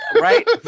Right